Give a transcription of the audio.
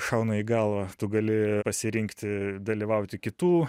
šauna į galvą tu gali pasirinkti dalyvauti kitų